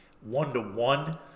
one-to-one